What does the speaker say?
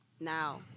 now